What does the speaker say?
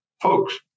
Folks